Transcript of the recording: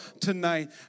tonight